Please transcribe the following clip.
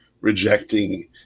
rejecting